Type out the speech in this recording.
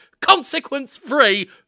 consequence-free